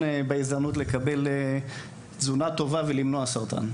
בהזדמנות לקבל תזונה טובה כדי למנוע סרטן.